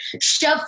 shove